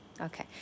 Okay